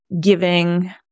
giving